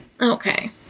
Okay